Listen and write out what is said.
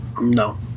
No